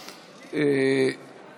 כלכלי (נגיף הקורונה החדש) (הוראת שעה),